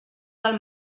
del